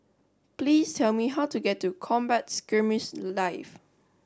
please tell me how to get to Combat Skirmish Live